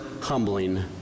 humbling